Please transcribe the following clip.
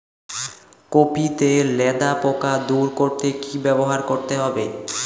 Copy তে লেদা পোকা দূর করতে কি ব্যবহার করতে হবে?